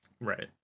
right